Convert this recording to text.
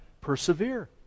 Persevere